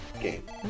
game